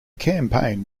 campaign